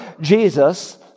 Jesus